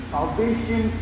Salvation